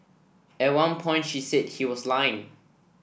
at one point she said he was lying